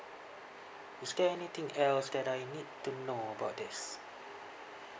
is there anything else that uh I need to know about this